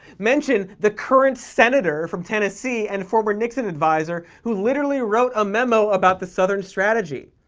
mention the current senator from tennessee and former nixon advisor who literally wrote a memo about the southern strategy!